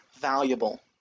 valuable